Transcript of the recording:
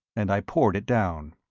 and i poured it down.